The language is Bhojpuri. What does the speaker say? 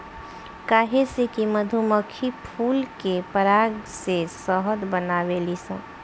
काहे से कि मधुमक्खी फूल के पराग से शहद बनावेली सन